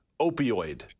Opioid